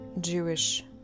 Jewish